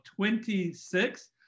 26